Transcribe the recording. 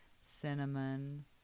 cinnamon